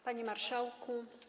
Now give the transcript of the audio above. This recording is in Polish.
Panie Marszałku!